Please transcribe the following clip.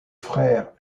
frères